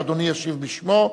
שאדוני ישיב בשמו,